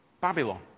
Babylon